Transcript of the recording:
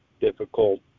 difficult